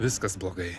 viskas blogai